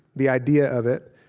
the idea of it,